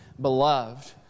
beloved